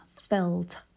filled